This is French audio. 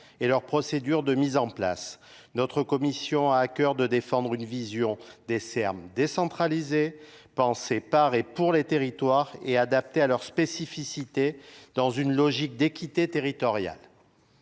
et leurs procédures de mise en place. Notre commission a à cœur de défendre une vision des Serbes décentralisée pensée pour les territoires et adaptés à leur spécificité dans une logique d'équité territoriale.